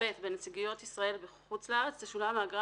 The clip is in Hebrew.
(ב) בנציגויות ישראל בחוץ לארץ תשולם האגרה